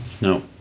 No